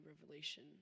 revelation